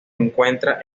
encuentra